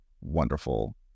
wonderful